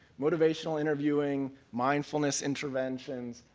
motivational interviewing, mindfulness intervention,